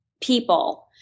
people